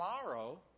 Tomorrow